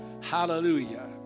Hallelujah